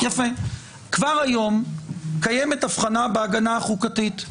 כבר היום קיימת הבחנה בהגנה החוקתית,